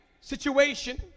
situation